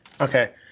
okay